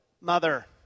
mother